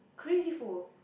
crazy full